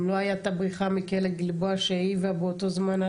אם לא הייתה הבריחה מכלא גלבוע שהעיבה באותו זמן,